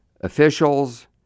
officials